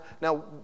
now